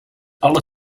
alle